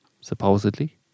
supposedly